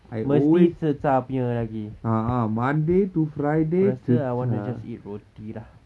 mesti zhi char punya lagi aku rasa I wanna just eat roti lah